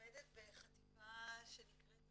והקליטה בחטיבה שנקראת רשויות,